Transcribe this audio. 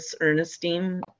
Ernestine